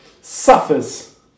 suffers